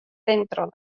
zentro